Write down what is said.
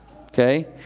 Okay